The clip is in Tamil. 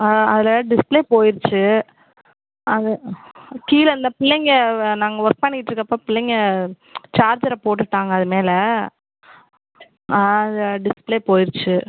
ஆ அதில் டிஸ்ப்ளே போயிடுச்சு அது கீழே இந்த பிள்ளைங்கள் நாங்கள் ஒர்க் பண்ணிட்டு இருக்கப்போ பிள்ளைங்கள் சார்ஜரை போட்டுட்டாங்கள் அது மேலே அது டிஸ்ப்ளே போயிடுச்சு